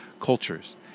cultures